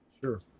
Sure